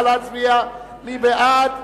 נא להצביע, מי בעד?